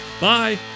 Bye